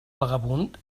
vagabund